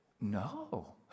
no